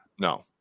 no